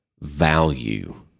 value